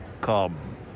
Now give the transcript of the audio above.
Come